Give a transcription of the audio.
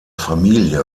familie